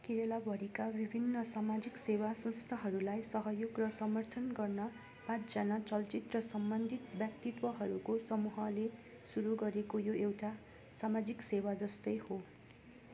केरलाभरिका विभिन्न सामाजिक सेवा संस्थाहरूलाई सहयोग र समर्थन गर्न पाँचजना चलचित्र सम्बन्धित व्यक्तित्वहरूको समूहले सुरु गरेको यो एउटा सामाजिक सेवाजस्तै हो